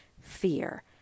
fear